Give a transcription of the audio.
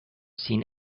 seen